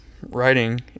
writing